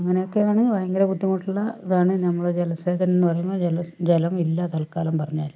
അങ്ങനെയൊക്കെയാണ് ഭയങ്കര ബുദ്ധിമുട്ടിലാണ് നമ്മടെ ജലസേചനമെന്ന് പറയുമ്പം ജലം ഇല്ല തൽക്കാലം പറഞ്ഞാല്